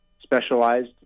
specialized